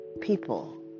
people